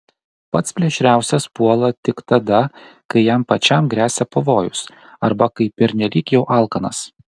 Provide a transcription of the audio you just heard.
pats plėšriausias puola tik tada kai jam pačiam gresia pavojus arba kai pernelyg jau alkanas